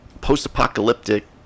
post-apocalyptic